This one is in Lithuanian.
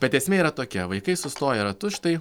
bet esmė yra tokia vaikai sustoja ratu štai